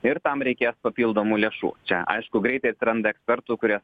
ir tam reikės papildomų lėšų čia aišku greitai atsiranda ekspertų kurie